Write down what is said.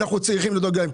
אנחנו צריכים לדאוג להם.